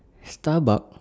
Starbucks